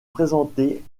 présentés